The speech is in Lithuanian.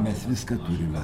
mes viską turime